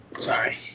Sorry